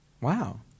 wow